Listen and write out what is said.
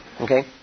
Okay